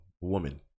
woman